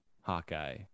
Hawkeye